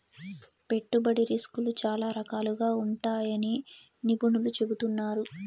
పెట్టుబడి రిస్కులు చాలా రకాలుగా ఉంటాయని నిపుణులు చెబుతున్నారు